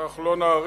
אנחנו לא נאריך.